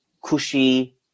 cushy